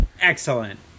Excellent